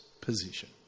position